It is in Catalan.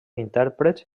intèrprets